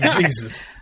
Jesus